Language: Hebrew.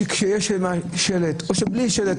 כשיש שלט או בלי שלט,